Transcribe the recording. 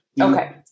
Okay